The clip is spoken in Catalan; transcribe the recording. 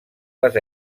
les